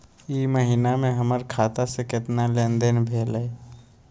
ई महीना में हमर खाता से केतना लेनदेन भेलइ?